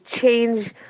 change